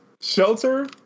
shelter